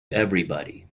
everybody